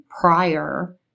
prior